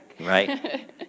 Right